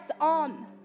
on